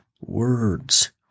words